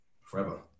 forever